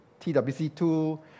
TWC2